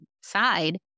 side